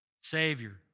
Savior